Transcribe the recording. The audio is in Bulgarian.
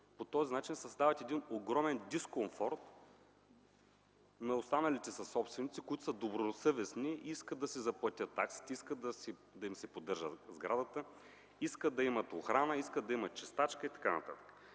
по този начин създават огромен дискомфорт на останалите съсобственици, които са добросъвестни и искат да си заплатят таксите, искат сградата им да се поддържа, искат да имат охрана, чистачка и т.н.